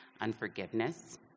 Unforgiveness